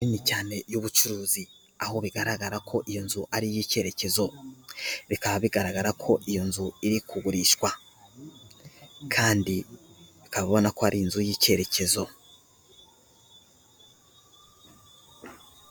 Inzu nini cyane y'ubucuruzi, aho bigaragara ko iyo nzu ari iy'icyerekezo, bikaba bigaragara ko iyo nzu iri kugurishwa, kandi ukabona ko ari inzu y'icyerekezo.